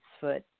foot